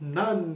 none